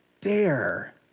dare